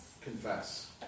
Confess